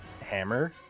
hammer